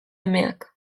emeak